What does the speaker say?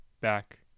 back